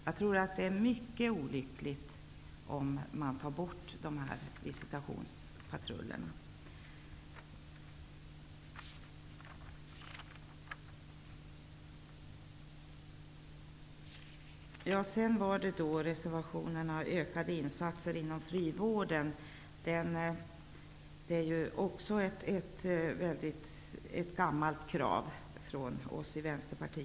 Jag tror att det vore mycket olyckligt om man tog bort dessa visitationspatruller. Reservationen Ökade insatser inom frivården innehåller också ett gammalt krav från oss i Vänsterpartiet.